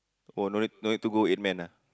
oh no need no need to go eight men ah